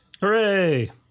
Hooray